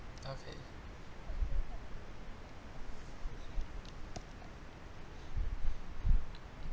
okay